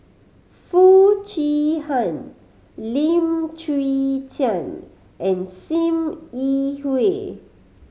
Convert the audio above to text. Foo Chee Han Lim Chwee Chian and Sim Yi Hui